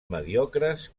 mediocres